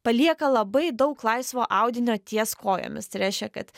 palieka labai daug laisvo audinio ties kojomis tai reiškia kad